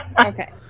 okay